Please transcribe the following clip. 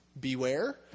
Beware